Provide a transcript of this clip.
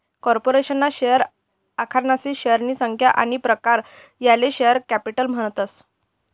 corporation ना share आखनारासनी शेअरनी संख्या आनी प्रकार याले शेअर कॅपिटल म्हणतस